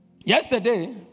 Yesterday